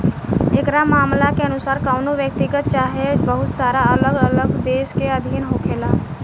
एकरा मामला के अनुसार कवनो व्यक्तिगत चाहे बहुत सारा अलग अलग देश के अधीन होखेला